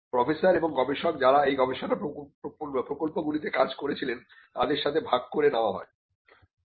professor এবং গবেষক যারা এই গবেষণা প্রকল্পগুলিতে কাজ করেছিলেন তাদের সাথে ভাগ করে নেওয়া হত